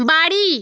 বাড়ি